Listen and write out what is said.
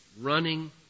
running